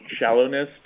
shallowness